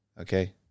Okay